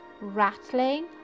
rattling